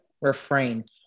refrain